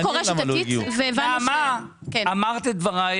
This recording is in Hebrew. נעמה, אמרת את דבריך.